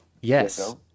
Yes